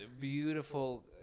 beautiful